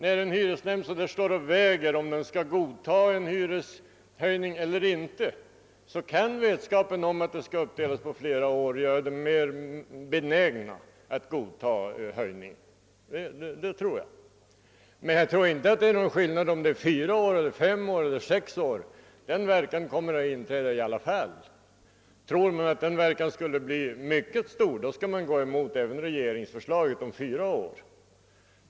När en hyresnämnd står och väger i valet mel lan om en hyreshöjning skall godtas eller inte kan vetskapen om att denna skall uppdelas på flera år göra nämnden mera benägen att godta den. Jag tror emellertid inte att det i det avseendet gör någon skillnad om höjningen fördelas på fyra eller fem eller sex år. Denna verkan kommer att inträda i alla fall. Tror man att den skulle bli mycket stor, skall man gå emot även regeringsförslaget om fyra år.